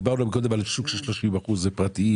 דיברנו מקודם על שוק של כ-30% פרטיים,